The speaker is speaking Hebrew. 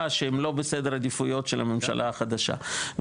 שהם לא בסדר עדיפויות של הממשלה החדשה,